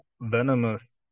venomous